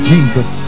Jesus